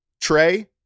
Trey